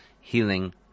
Healing